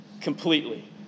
completely